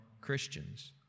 Christians